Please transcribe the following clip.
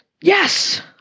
Yes